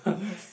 yes